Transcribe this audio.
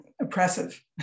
Oppressive